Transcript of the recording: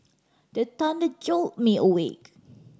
the thunder jolt me awake